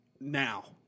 now